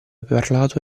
parlato